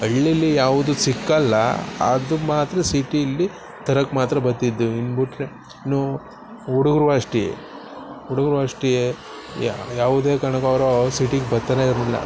ಹಳ್ಳೀಲಿ ಯಾವುದೂ ಸಿಕ್ಕೋಲ್ಲ ಅದು ಮಾತ್ರ ಸಿಟೀಲಿ ತರೋಕೆ ಮಾತ್ರ ಬತ್ತಿದ್ದೇವು ಇನ್ನು ಬಿಟ್ರೆ ಇನ್ನೂ ಹುಡುಗ್ರು ಅಷ್ಟೆಯೇ ಹುಡುಗರು ಅಷ್ಟೇ ಯಾವುದೇ ಕಾರ್ಣಕ್ಕೂ ಅವ್ರು ಸಿಟಿಗೆ ಬತ್ತನೆ ಇರ್ಲಿಲ್ಲ